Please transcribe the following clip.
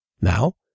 Now